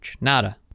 Nada